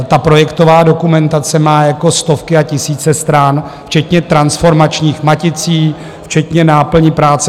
Ta projektová dokumentace má stovky a tisíce stran včetně transformačních maticí, včetně náplní práce.